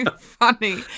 funny